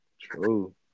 True